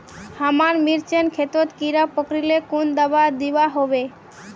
हमार मिर्चन खेतोत कीड़ा पकरिले कुन दाबा दुआहोबे?